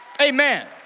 amen